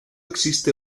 existe